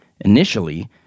Initially